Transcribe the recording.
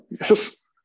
Yes